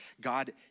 God